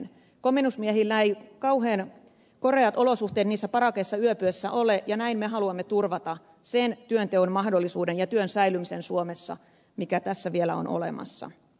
komennusmiehillä ei kauhean koreat olosuhteet niissä parakeissa yöpyessään ole ja näin me haluamme turvata sen työnteon mahdollisuuden ja työn säilymisen suomessa mikä tässä vielä on olemassa